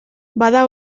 bada